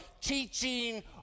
teaching